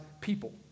people